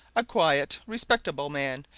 a quiet, respectable man.